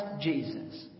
Jesus